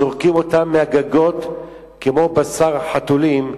זורקים אותם מהגגות כמו בשר חתולים,